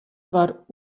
war